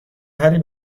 حلی